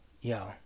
Yo